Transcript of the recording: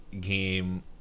game